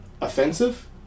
offensive